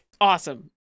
Awesome